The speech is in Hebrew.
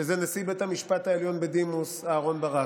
נשיא בית המשפט העליון בדימוס אהרן ברק.